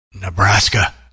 nebraska